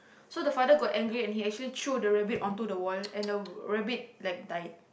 so the father got angry and he actually threw the rabbit on to the wall and the rabbit like died